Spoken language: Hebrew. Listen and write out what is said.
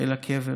אל הקבר,